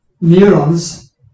neurons